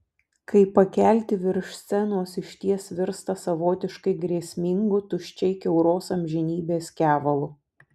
kai pakelti virš scenos išties virsta savotiškai grėsmingu tuščiai kiauros amžinybės kevalu